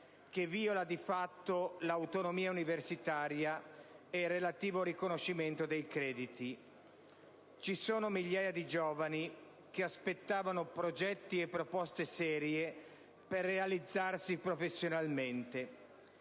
che viola, di fatto, l'autonomia universitaria e il relativo riconoscimento dei crediti. Migliaia di giovani aspettavano progetti e proposte serie per realizzarsi professionalmente.